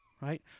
Right